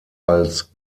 als